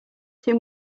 too